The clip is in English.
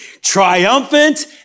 triumphant